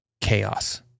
chaos